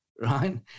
right